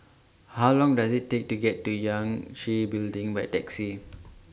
How Long Does IT Take to get to Yangtze Building By Taxi